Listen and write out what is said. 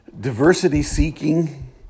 diversity-seeking